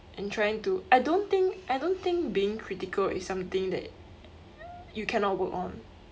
and trying to I don't think I don't think being critical is something that you cannot work on